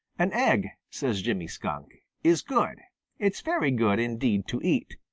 an egg, says jimmy skunk, is good it's very good indeed to eat.